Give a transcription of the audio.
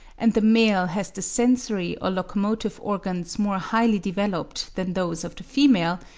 and the male has the sensory or locomotive organs more highly developed than those of the female,